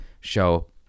show